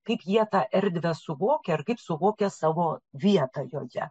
kaip jie tą erdvę suvokia ir kaip suvokia savo vietą joje